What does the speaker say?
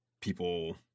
people